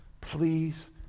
please